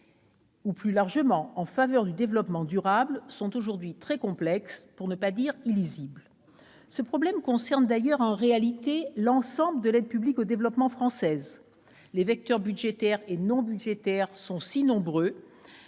ou, plus largement, en faveur du développement durable sont aujourd'hui très complexes, pour ne pas dire illisibles. Ce problème concerne d'ailleurs en réalité l'ensemble de l'aide publique au développement française. Les vecteurs budgétaires et non budgétaires sont si nombreux